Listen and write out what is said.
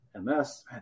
MS